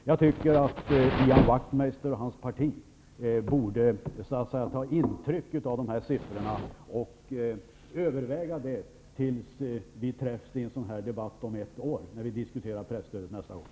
Jag tycker att Ian Wachtmeister och hans parti borde ta intryck av de här siffrorna och överväga detta tills vi träffas i en sådan här debatt om ett år, när vi diskuterar presstödet nästa gång.